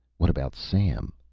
what about sam?